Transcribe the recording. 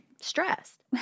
stressed